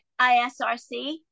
ISRC